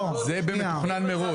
זה במתוכנן מראש.